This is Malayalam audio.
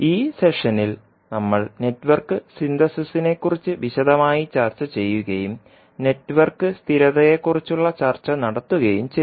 ഈ സെഷനിൽ നമ്മൾ നെറ്റ്വർക്ക് സിന്തസിസിനെക്കുറിച്ച് വിശദമായി ചർച്ച ചെയ്യുകയും നെറ്റ്വർക്ക് സ്ഥിരതയെക്കുറിച്ചുള്ള ചർച്ച നടത്തുകയും ചെയ്തു